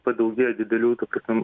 padaugėjo didelių ta prasme